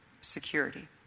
security